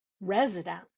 resident